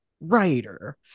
writer